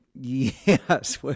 Yes